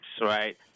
right